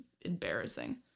embarrassing